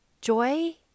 joy